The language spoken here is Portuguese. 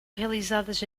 realizadas